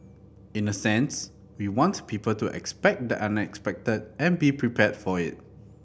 in a sense we want people to expect the unexpected and be prepared for it